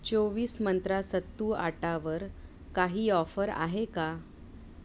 चोवीस मंत्रा सत्तू आटावर काही ऑफर आहे का